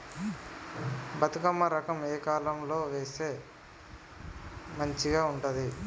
బతుకమ్మ రకం ఏ కాలం లో వేస్తే మంచిగా ఉంటది?